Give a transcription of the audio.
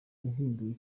yahimbiwe